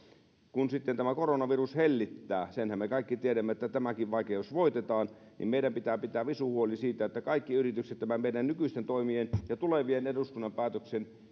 kun sitten tämä koronavirus hellittää senhän me kaikki tiedämme että tämäkin vaikeus voitetaan niin meidän pitää pitää visu huoli siitä että kaikki yritykset näiden meidän nykyisten toimien ja meidän tulevien eduskunnan päätöksien